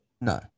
No